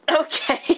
Okay